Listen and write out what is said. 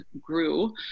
grew